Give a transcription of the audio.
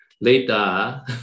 later